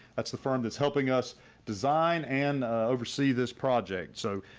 that's the firm that's helping us design and oversee this project. so,